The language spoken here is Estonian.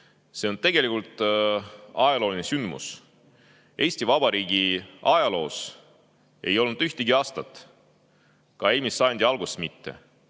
See on tegelikult ajalooline sündmus. Eesti Vabariigi ajaloos ei ole me ühelgi aastal, ka eelmise sajandi alguses mitte,